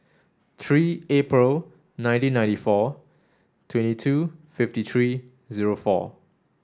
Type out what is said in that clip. three April nineteen ninety four twenty two fifty three zero four